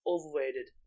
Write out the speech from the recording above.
Overrated